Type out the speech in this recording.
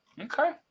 okay